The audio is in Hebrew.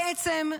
בעצם,